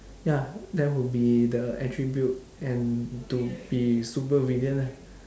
ya that would be the attribute and to be supervillain lah